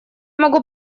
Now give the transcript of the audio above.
могу